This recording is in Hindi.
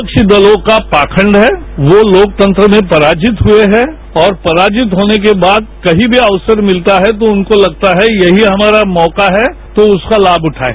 विप्सी दलों का पाखंड है वो लोकतंत्र में पराजित हुए हैं और पराजित होने के बाद कहीं भी अवसर मिलता है तो उनको लगता है कि यही हमारा मौका है तो उसका लाम उठाएं